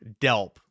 Delp